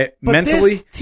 Mentally